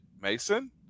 Mason